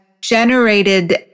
generated